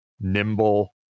nimble